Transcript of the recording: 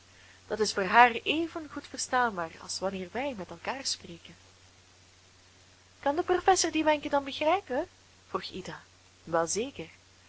dat is voor haar even goed verstaanbaar als wanneer wij met elkaar spreken kan de professor die wenken dan begrijpen vroeg ida wel zeker